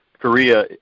Korea